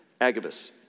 Agabus